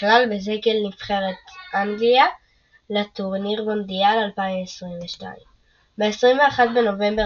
נכלל בסגל נבחרת אנגליה לטורניר מונדיאל 2022. ב־21 בנובמבר